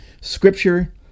Scripture